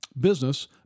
business